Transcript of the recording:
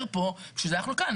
בשביל זה אנחנו כאן,